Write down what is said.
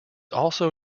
also